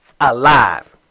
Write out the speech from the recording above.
Alive